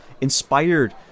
inspired